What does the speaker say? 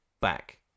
back